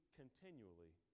continually